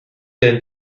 denn